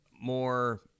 more